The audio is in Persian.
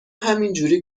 همینجوری